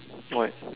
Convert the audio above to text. what